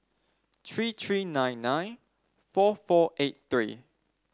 three three nine nine four four eight three